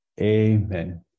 Amen